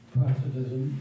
Protestantism